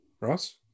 Ross